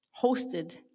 hosted